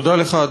תודה לך,